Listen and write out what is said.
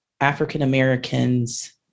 African-Americans